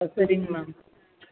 ஆ சரிங்க மேம்